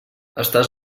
estàs